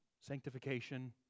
sanctification